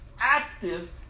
active